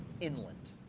inland